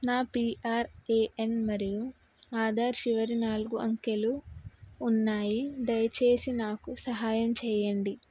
నా పిఆర్ఏఎన్ మరియు ఆధార్ చివరి నాలుగు అంకెలు ఉన్నాయి దయచేసి నాకు సహాయం చెయ్యండి